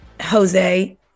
Jose